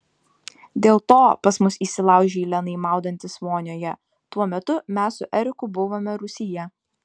dėl to pas mus įsilaužei lenai maudantis vonioje tuo metu mes su eriku buvome rūsyje